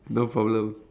no problem